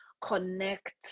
connect